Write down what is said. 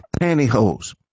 Pantyhose